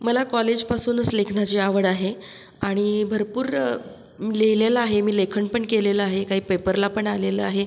मला कॉलेजपासूनच लेखनाची आवड आहे आणि भरपूर लिहिलेलं आहे मी लेखनपण केलेलं आहे काही पेपरला पण आलेलं आहे